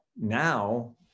now